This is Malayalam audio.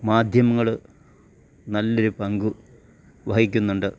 മാധ്യമങ്ങള് നല്ലൊരു പങ്ക് വഹിക്കുന്നുണ്ട്